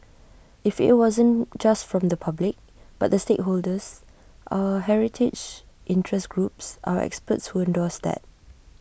if IT wasn't just from the public but the stakeholders our heritage interest groups our experts who endorsed that